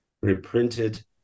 reprinted